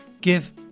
give